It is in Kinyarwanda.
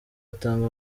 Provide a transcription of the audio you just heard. atanga